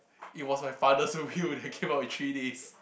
it was my father's that came out in three days